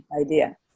idea